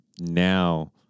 now